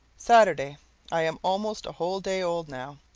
saturday i am almost a whole day old, now.